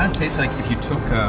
and tastes like if you took